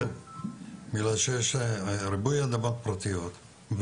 בגלל שיש ריבוי אדמות פרטיות,